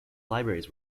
libraries